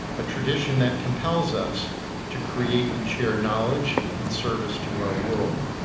a tradition that compels us to create and share knowledge and service to our world.